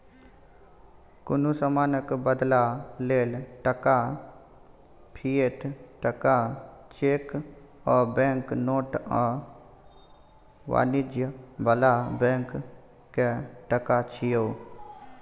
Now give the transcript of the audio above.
कुनु समानक बदला लेल टका, फिएट टका, चैक आ बैंक नोट आ वाणिज्य बला बैंक के टका छिये